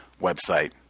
website